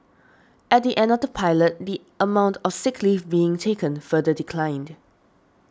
at the end of the pilot the amount of sick leave being taken further declined